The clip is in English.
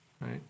right